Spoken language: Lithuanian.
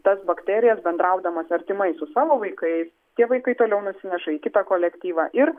tas bakterijas bendraudamas artimai su savo vaikais tie vaikai toliau nusineša į kitą kolektyvą ir